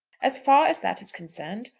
as far as that is concerned,